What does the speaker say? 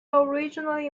originally